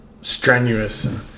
strenuous